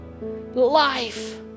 Life